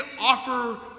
offer